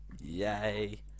Yay